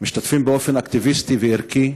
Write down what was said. משתתפים באופן אקטיביסטי וערכי,